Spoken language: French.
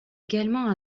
également